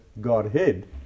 Godhead